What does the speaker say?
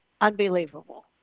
unbelievable